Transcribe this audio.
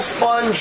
fun